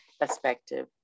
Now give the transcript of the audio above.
perspective